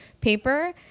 paper